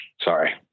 Sorry